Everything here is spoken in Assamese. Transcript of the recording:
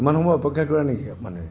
ইমান সময় অপক্ষা কৰে নেকি মানুহে